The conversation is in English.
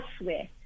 elsewhere